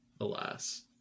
Alas